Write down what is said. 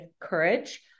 courage